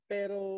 Pero